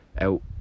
out